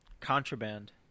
Contraband